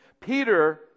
Peter